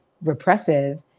repressive